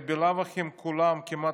הרי בלאו הכי הם כולם כמעט,